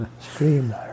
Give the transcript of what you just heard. Stream